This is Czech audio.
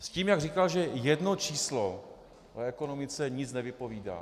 S tím, jak říkal, že jedno číslo o ekonomice nic nevypovídá.